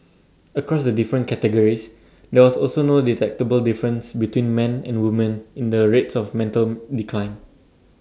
across the different categories there was also no detectable difference between men and women in the rates of mental decline